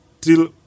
till